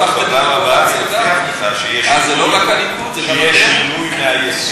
אבל אני מבטיח לך שבפעם הבאה יהיה שינוי מהיסוד,